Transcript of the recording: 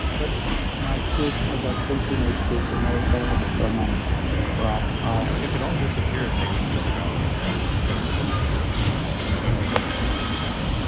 but my kids, i've got three teenage kids, and they they have a fair amount of crap you know if it all disappeared, they wouldn't be able to go out and get more. i mean what a time to put them on a good diet. by the way, they hate me right now for saying that.